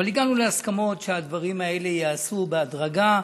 אבל הגענו להסכמות שהדברים האלה ייעשו בהדרגה,